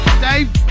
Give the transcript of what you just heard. Dave